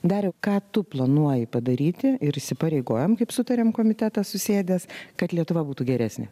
dariau ką tu planuoji padaryti ir įsipareigojam kaip sutarėm komitetas susėdęs kad lietuva būtų geresnė